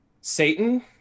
Satan